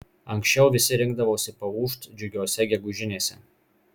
anksčiau visi rinkdavosi paūžt džiugiose gegužinėse